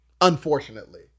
unfortunately